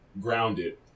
grounded